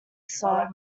sir